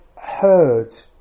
heard